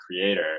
creator